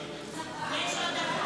31(א)